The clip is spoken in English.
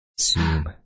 Zoom